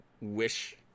wish